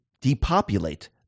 depopulate